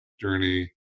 journey